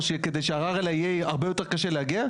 או שהערר יהיה הרבה יותר קשה להגיע.